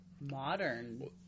modern